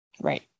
right